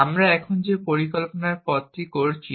আমরা এখন যে পরিকল্পনার পথটি করছি